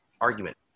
argument